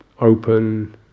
open